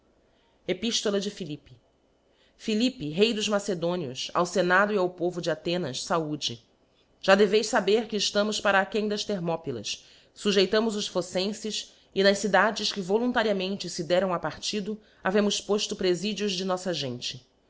athenienfe epistola de philippe philippe rei dos macedonios ao fenado e ao povo de athenas faude já deveis faber que eftamos para áquem das thermopylas fujeitámos os phocenfes e nas cidades que voluntariamente fe deram a partido havemos pofto prefidios de noíta gente